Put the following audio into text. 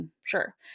sure